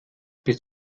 bist